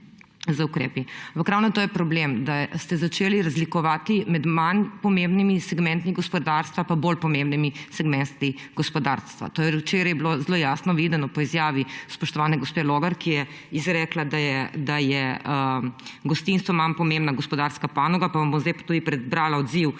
z ukrepi. Ampak ravno to je problem – da ste začeli razlikovati med manj pomembnimi segmenti gospodarstva pa bolj pomembni segmenti gospodarstva. To je bilo včeraj zelo jasno videno po izjavi spoštovane gospe Logar, ki je izrekla, da je gostinstvo manj pomembna gospodarska panoga, pa vam bom zdaj tudi prebrala odziv